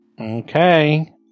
Okay